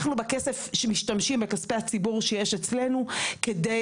אנחנו משתמשים בכספי הציבור שיש אצלנו כדי